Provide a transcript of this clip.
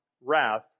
wrath